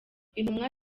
intumwa